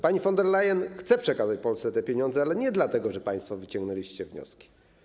Pani von der Leyen chce przekazać Polsce te pieniądze, ale nie dlatego, że państwo wyciągnęliście wnioski.